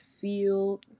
feel